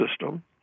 System